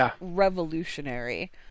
revolutionary